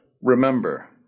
Remember